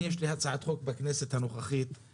יש לי הצעת חוק בכנסת הנוכחית,